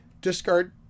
discard